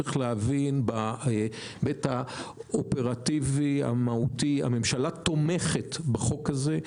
צריך להבין שבהיבט האופרטיבי המהותי הממשלה תומכת בחוק הזה.